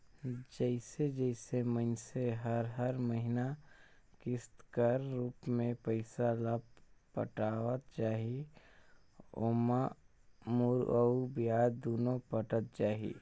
जइसे जइसे मइनसे हर हर महिना किस्त कर रूप में पइसा ल पटावत जाही ओाम मूर अउ बियाज दुनो पटत जाही